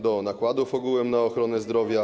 Do nakładów ogółem na ochronę zdrowia.